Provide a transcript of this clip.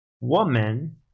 woman